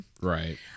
right